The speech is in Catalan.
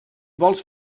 vols